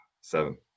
seven